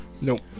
Nope